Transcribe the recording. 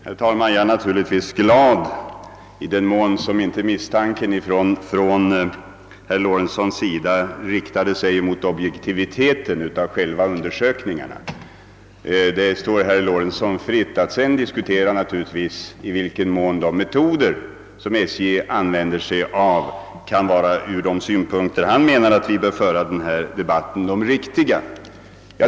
Herr talman! Jag är naturligtvis glad i den mån herr Lorentzons misstanke inte riktade sig mot undersökningarnas objektivitet. Sedan står det givetvis herr Lorentzon fritt att diskutera om SJ:s metoder från hans synpunkt är de riktiga.